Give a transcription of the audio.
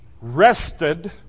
rested